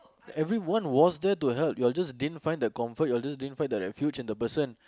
everyone what's there to help you're just didn't find the comfort you're just didn't find refuge and the person